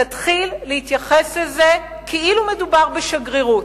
תתחיל להתייחס לזה כאילו מדובר בשגרירות.